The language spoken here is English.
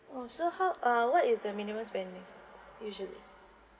oh so how uh what is the minimum spending usually